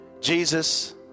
Jesus